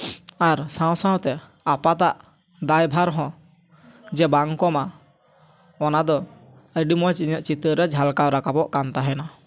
ᱟᱨ ᱥᱟᱶ ᱥᱟᱶᱛᱮ ᱟᱯᱟᱛᱟᱜ ᱫᱟᱭᱵᱷᱟᱨ ᱦᱚᱸ ᱡᱮ ᱵᱟᱝ ᱠᱚᱢᱟ ᱚᱱᱟ ᱫᱚ ᱟᱹᱰᱤ ᱢᱚᱡᱽ ᱤᱧᱟᱹᱜ ᱪᱤᱛᱟᱹᱨ ᱨᱮ ᱡᱷᱟᱞᱠᱟᱣ ᱨᱟᱠᱟᱵᱚᱜ ᱠᱟᱱ ᱛᱟᱦᱮᱱᱟ